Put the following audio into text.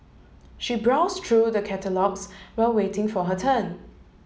she browse true the catalogues while waiting for her turn